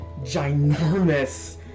ginormous